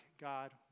God